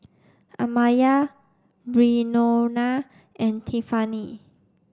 Amaya Breonna and Tiffani